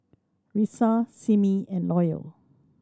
Risa Simmie and Loyal